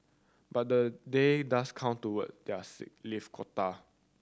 but the day does count toward their sick leave quota